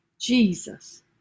Jesus